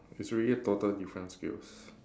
it's really total different skills